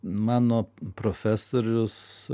mano profesorius